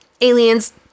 aliens